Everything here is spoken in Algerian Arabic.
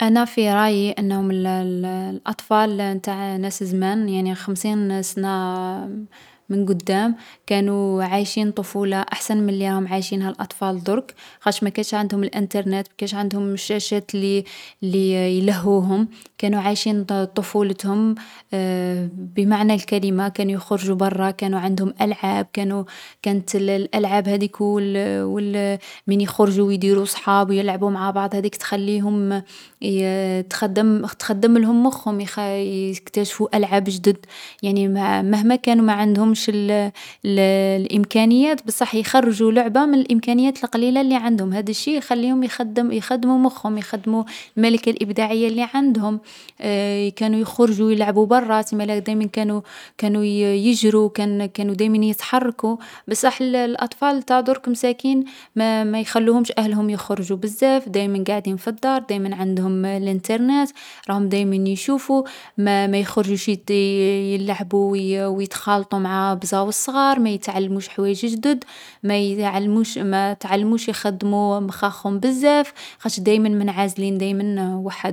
انا في رايي أنهم الـ الأطفال نتاع ناس زمان يعني خمسين سنة من قدام كانو عايشين طفولة احسن من لي راهم عايشينها الأطفال ضرك، خاطش ماكانش عندهم الانترنت ماكانش عندهم الشاشات لي يـ لي يـ يلهوهم. كانو عايشين طفولتهم. بمعنى الكلمة، كانو يخرجو برا، كانو عندهم ألعاب، كانو كانت الـ الألعاب هاديك و الـ و الـ من يخرجو و يديرو صحاب و يلعبو مع بعض هاديك تخليهم يـ تخدم تخدملهم مخهم، يخـ يكتشفو ألعاب جدد، يعني ما مهما كان ما عندهمش الـ الإمكانيات بصح يخرجو لعبة من الامكانيات القليلة لي عندهم. هاد الشي يخليهم يخدم يخدمو مخهم، يخدمو الملكة الابداعية لي عندهم. كانو يخرجو يلعبو برا تسمالا دايما كانو كانو يـ يجرو كانو دايما يتحركو بصح الـ الأطفال نتاع ضرك مساكين ما ما يخلوهش أهلهم يخرجو بزاف دايما قاعدين في الدار دايما عندهم الانترنت راهم دايما يشوفو، ما ما يخرجوش يد يـ يلعبو و يـ و يتخالطو مع بزاز صغار ، ما يتعلموش حوايج جدد، ما يعلموش ما تعلموش يخدمو مخاخهم بزاف خاطش دايما منعزلين دايما وح.